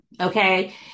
Okay